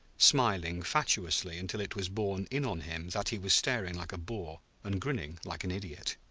smiling fatuously until it was borne in on him that he was staring like a boor and grinning like an idiot.